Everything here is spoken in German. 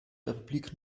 republik